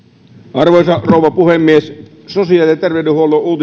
arvoisa rouva puhemies sosiaali ja terveydenhuollon